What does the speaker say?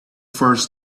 first